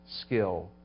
skill